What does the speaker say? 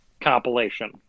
compilation